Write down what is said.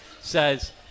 says